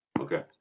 Okay